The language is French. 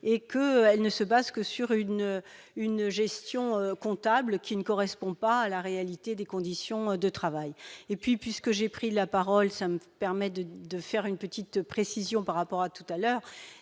et que ne se base que sur une une gestion comptable qui ne correspond pas à la réalité des conditions de travail et puis puisque j'ai pris la parole samedi permet de de faire une petite précision par rapport à tout à l'heure